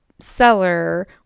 Seller